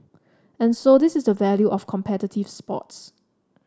and so this is the value of competitive sports